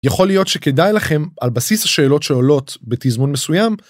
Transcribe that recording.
יכול להיות שכדאי לכם על בסיס השאלות שעולות בתזמון מסוים.